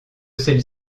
celle